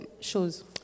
choses